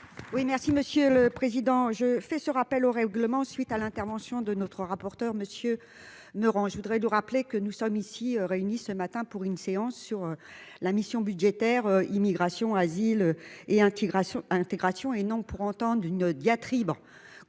merci Monsieur le Président, je fais ce rappel au règlement, suite à l'intervention de notre rapporteur Monsieur ne rend, je voudrais lui rappeler que nous sommes ici réunis ce matin pour une séance sur la mission budgétaire Immigration, asile et intégration intégration et non pour entendent une diatribe